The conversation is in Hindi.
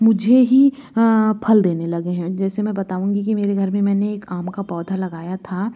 मुझे ही फल देने लगे हैं जैसे मैं बताऊँगी कि मेरे घर में मैंने एक आम का पौधा लगाया था